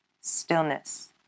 stillness